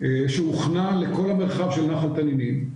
שהוכנה לכל המרחב של נחל תנינים,